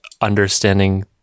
understanding